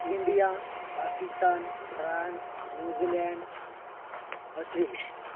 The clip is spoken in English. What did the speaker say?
India Pakistan France New Zealand Australia